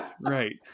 right